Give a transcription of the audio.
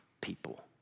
people